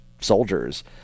soldiers